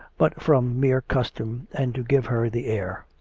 but from mere custom, and to give her the air.